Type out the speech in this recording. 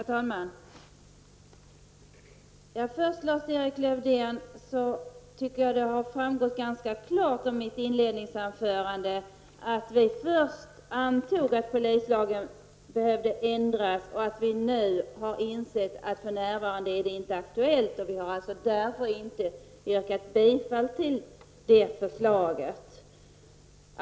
Herr talman! Först, Lars-Erik Lövdén, tycker jag det har framgått ganska klart av mitt inledningsanförande att vi till en början antog att polislagen behövde ändras, men att vi nu insett att det för närvarande inte är aktuellt. Vi har därför inte yrkat bifall till det förslaget.